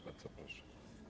Bardzo proszę.